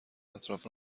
اطراف